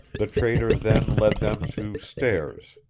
the trader then led them to stairs,